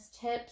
tips